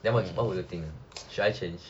then what what will you think should I change